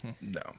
No